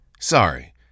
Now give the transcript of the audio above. Sorry